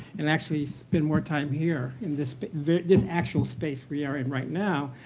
and actually spend more time here, in this but this actual space we are in right now,